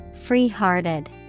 Free-hearted